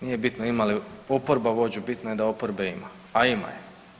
Nije bitno ima oporba vođu, bitno je da oporbe ima, a ima je.